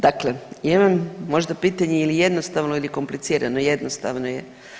Dakle, ja imam možda pitanje ili jednostavno ili komplicirano, jednostavno je.